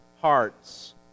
hearts